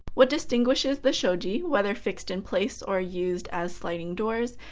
what distinguishes the shoji, whether fixed in place or used as sliding doors,